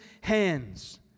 hands